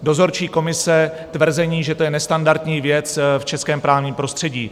Dozorčí komise tvrzení, že to je nestandardní věc v českém právním prostředí.